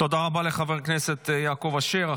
תודה רבה לחבר הכנסת יעקב אשר.